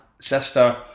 sister